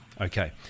Okay